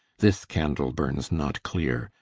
this candle burnes not cleere,